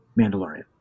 Mandalorian